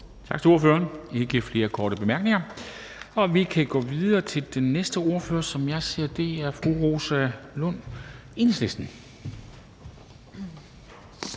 Tak til ordføreren. Der er ikke flere korte bemærkninger, og så kan vi gå videre til den næste ordfører, som jeg ser, og det er fru Rosa Lund, Enhedslisten.